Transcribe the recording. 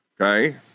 okay